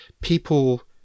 people